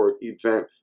event